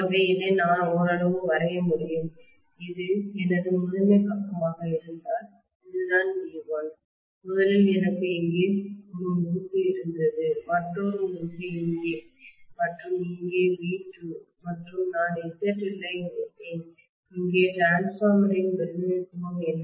ஆகவே இதை நான் ஓரளவு வரைய முடியும் இது எனது முதன்மை பக்கமாக இருந்தால் இதுதான் V1 முதலில் எனக்கு இங்கே ஒரு முறுக்கு இருந்தது மற்றொரு முறுக்கு இங்கே மற்றும் இங்கே V2 மற்றும் நான் ZL ஐ இணைத்தேன் இங்கே டிரான்ஸ்பார்மரின் பிரதிநிதித்துவம் என்ன